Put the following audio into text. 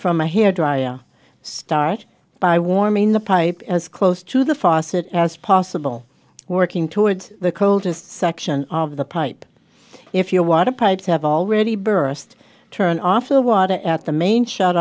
from a hair dryer start by warming the pipe as close to the faucet as possible working towards the coldest section of the pipe if your water pipes have already burst turn off the water at the main shut